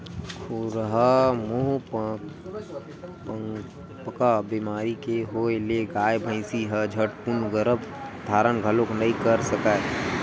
खुरहा मुहंपका बेमारी के होय ले गाय, भइसी ह झटकून गरभ धारन घलोक नइ कर सकय